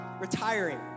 retiring